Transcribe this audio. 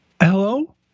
hello